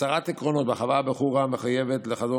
הצהרת עקרונות: החווה בחורה מחויבת לחזון